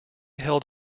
held